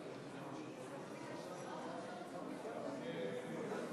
גם של חבר הכנסת מאיר כהן וגם